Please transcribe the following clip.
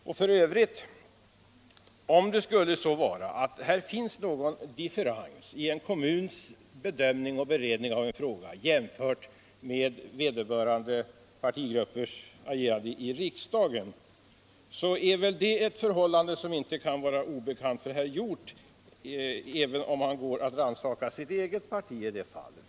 Och f. ö.: Om det skulle så vara att här finns någon differens mellan en kommunal partigrupps bedömning och beredning av en fråga på det lokala planet och motsvarande partis agerande i riksdagen borde det inte vara obekant för herr Hjorth att sådant kan förekomma — även om han går att rannsaka sitt eget parti.